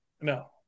No